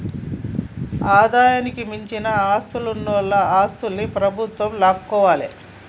ఆదాయానికి మించిన ఆస్తులున్నోల ఆస్తుల్ని ప్రభుత్వం లాక్కోవాలే